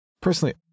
Personally